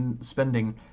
spending